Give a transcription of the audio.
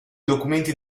documenti